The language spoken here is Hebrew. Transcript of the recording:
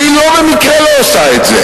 והיא לא במקרה לא עושה את זה,